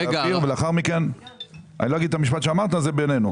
לאחר מכן אני לא אגיד את המשפט שאמרת שהוא בינינו.